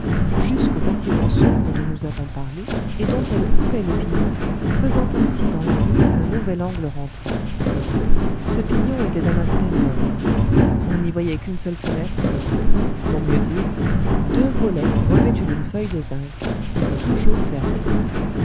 jusqu'au bâtiment sombre dont nous avons parlé et dont elle coupait le pignon faisant ainsi dans la rue un nouvel angle rentrant ce pignon était d'un aspect morne on n'y voyait qu'une seule fenêtre ou pour mieux dire deux volets revêtus d'une feuille de zinc et toujours fermés